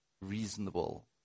reasonable